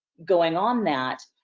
going on that,